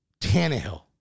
Tannehill